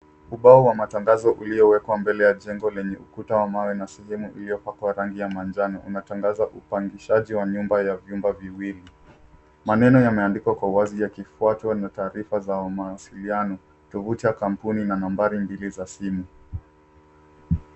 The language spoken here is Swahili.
Ubao wa matangazo uliowekwa mbele ya jengo lenye ukuta wa mawe na sehemu iliyopakwa rangi ya manjano unatangaza upangishaji wa nyumba ya vyumba viwili. Maneno yameandikwa kwa wazi yakifuatwa na taarifa za mawasiliano, tovuti ya kampuni na nambari mbili za simu.